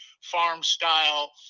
farm-style